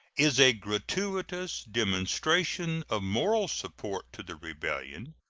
is a gratuitous demonstration of moral support to the rebellion.